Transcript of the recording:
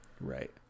Right